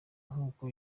nk’uko